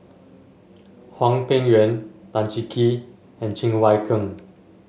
Hwang Peng Yuan Tan Cheng Kee and Cheng Wai Keung